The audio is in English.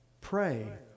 pray